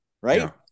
right